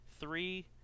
three